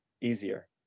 easier